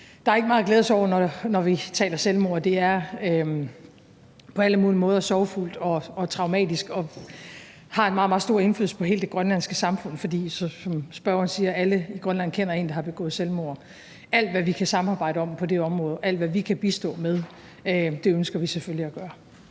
Der er ikke meget at glæde sig over, når vi taler selvmord. Det er på alle mulige måder sorgfuldt og traumatisk og har en meget, meget stor indflydelse på hele det grønlandske samfund, for som spørgeren siger: Alle i Grønland kender en, der har begået selvmord. Alt, hvad vi kan samarbejde om på det område, alt, hvad vi kan bistå med, ønsker vi selvfølgelig at gøre.